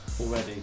already